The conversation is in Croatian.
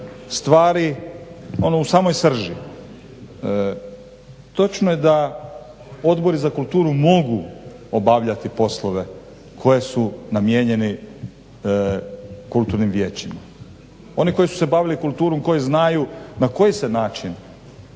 stvari ono u samoj srži. Točno je da odbori za kulturu mogu obavljati poslove koji su namijenjeni kulturnim vijećima. Oni koji su se bavili kulturom, koji znaju na koji se način